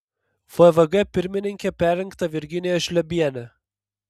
vvg pirmininke perrinkta virginija žliobienė